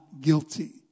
guilty